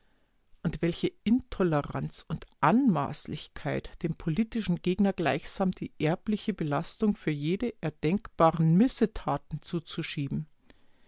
und welche intoleranz und anmaßlichkeit dem politischen gegner gleichsam die erbliche belastung für jede denkbaren missetaten zuzuschieben